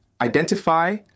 Identify